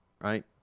Right